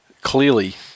Clearly